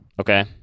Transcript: Okay